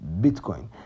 Bitcoin